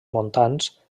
montans